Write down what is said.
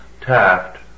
Taft